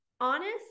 Honest